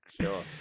Sure